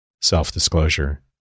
self-disclosure